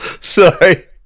sorry